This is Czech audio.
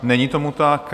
Není tomu tak.